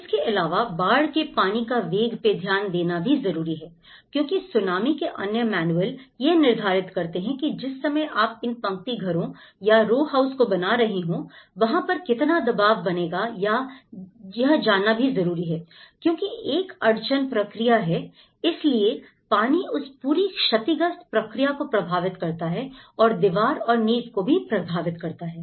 इसके अलावा बाढ़ के पानी का वेग पे ध्यान देना भी जरूरी है क्योंकि सुनामी के अन्य मैनुअल यह निर्धारित करते हैं कि जिस समय आप इन पंक्ति घरों या रो हाउसेस को बना रहे हैं वहां पर कितना दबाव बनेगा यह जानना जरूरी है क्योंकि एक अड़चन प्रक्रिया है इसलिए पानी इस पूरी क्षतिग्रस्त प्रक्रिया को प्रभावित करता है और दीवार और नींव को भी प्रभावित करता है